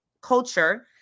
culture